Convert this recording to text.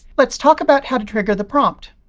let's talk about how to trigger the prompt.